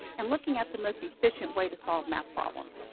and looking at the most efficient way to solve math problems.